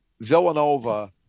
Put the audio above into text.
Villanova